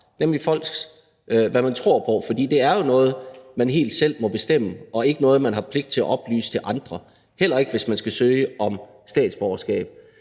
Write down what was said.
nemlig hvad man tror på. Det er jo noget, man helt selv må bestemme, og ikke noget, man har pligt til at oplyse til andre, heller ikke, hvis man skal søge om statsborgerskab.